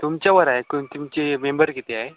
तुमच्यावरए कु तुमचे मेंबर किती आहे